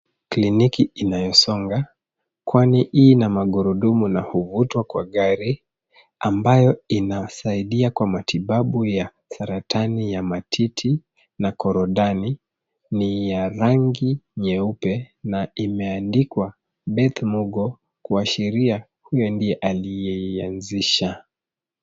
Kliniki inayosonga kwani hii na magurudumu na huvutwa kwa gari ambayo inasaidia kwa matibabu ya saratani ya matiti na korodani, ni ya rangi nyeupe na imeandikwa Beth Mugo kuashiria huyo ndiye aliyeanzisha.